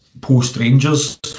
post-Rangers